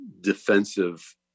defensive